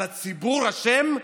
אז הציבור אשם,